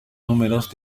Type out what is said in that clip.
números